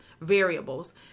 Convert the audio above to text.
variables